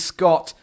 Scott